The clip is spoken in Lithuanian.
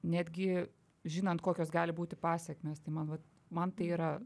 netgi žinant kokios gali būti pasekmes tai man vat man tai yra